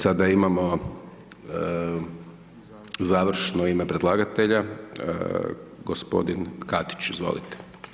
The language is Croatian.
Sada imamo završno ime predlaganja, gospodin Katić, izvolite.